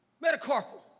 metacarpal